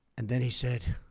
and then he said,